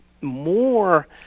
more